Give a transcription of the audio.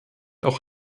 auch